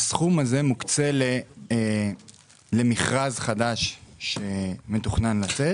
הסכום הזה מוקצה למכרז חדש שמתוכנן לצאת.